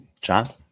John